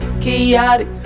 chaotic